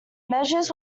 measures